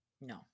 No